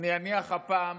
אני אניח הפעם